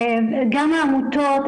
גם העמותות,